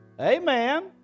amen